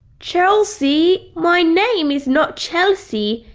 chelsea. my name is not chelsea,